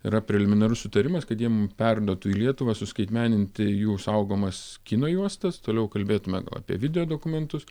yra preliminarus sutarimas kad jie mum perduotų į lietuvą suskaitmeninti jų saugomas kino juostas toliau kalbėtumėm apie video dokumentus